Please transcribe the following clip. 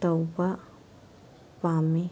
ꯇꯧꯕ ꯄꯥꯝꯃꯤ